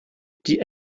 die